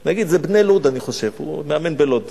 אני אגיד, זה "בני לוד" אני חושב, הוא מאמן בלוד.